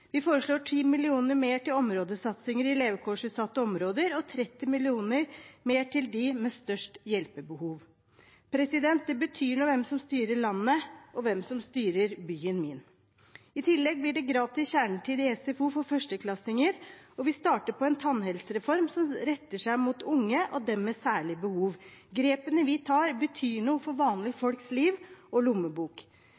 Vi foreslår 10 mill. kr mer til områdesatsinger i levekårsutsatte områder og 30 mill. kr mer til dem med størst hjelpebehov. Det betyr noe hvem som styrer landet, og hvem som styrer byen min. I tillegg blir det gratis kjernetid i SFO for førsteklassinger, og vi starter på en tannhelsereform som retter seg mot unge og dem med særlig behov. Grepene vi tar, betyr noe for